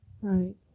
Right